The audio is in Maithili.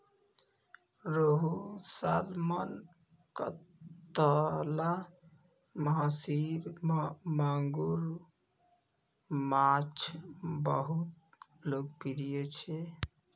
रोहू, सालमन, कतला, महसीर, मांगुर माछ बहुत लोकप्रिय छै